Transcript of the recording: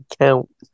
count